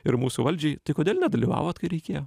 ir mūsų valdžiai tai kodėl nedalyvavot kai reikėjo